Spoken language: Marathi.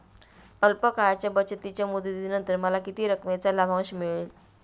अल्प काळाच्या बचतीच्या मुदतीनंतर मला किती रकमेचा लाभांश मिळेल?